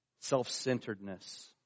self-centeredness